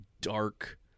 dark